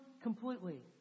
completely